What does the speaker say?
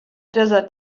desert